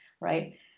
right